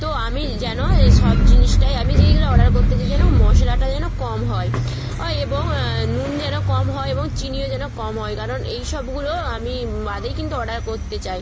তো আমি যেন এ সব জিনিসটাই আমি যেইগুলো অর্ডার করতে চাই যেন মশলাটা যেন কম হয় অয় এবং নুন যেন কম হয় এবং চিনিও যেন কম হয় কারণ এই সবগুলো আমি বাদেই কিন্তু অর্ডার করতে চাই